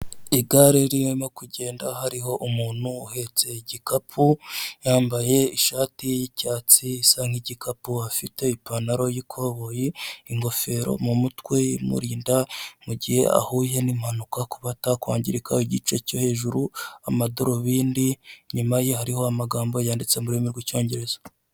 Igare ririmo kugenda hariho umuntu uhetse igikapu, yambaye ishati y'icyatsi isa nk'igikapu. Afite ipantaro y'ikoboyi, ingofero mu mutwe imurinda mugihe ahuye nimpanuka kuba atakwangirika igice cyo hejuru, amadarubindi, inyuma ye hariho amagambo yanditse mu rurimi rw'Icyongereza.